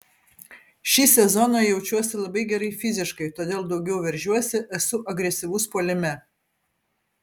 šį sezoną jaučiuosi labai gerai fiziškai todėl daugiau veržiuosi esu agresyvus puolime